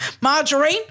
Margarine